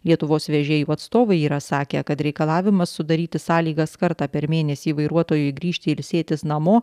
lietuvos vežėjų atstovai yra sakę kad reikalavimas sudaryti sąlygas kartą per mėnesį vairuotojui grįžti ilsėtis namo